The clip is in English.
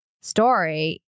story